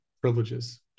privileges